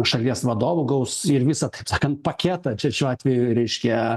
šalies vadovu gaus ir visą taip sakan paketą čia šiuo atveju reiškia